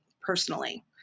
personally